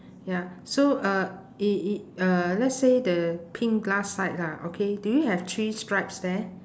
ya so uh it it uh let's say the pink glass sides ah okay do you have three stripes there